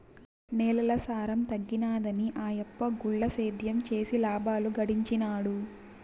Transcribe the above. నేలల సారం తగ్గినాదని ఆయప్ప గుల్ల సేద్యం చేసి లాబాలు గడించినాడు